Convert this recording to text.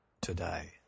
today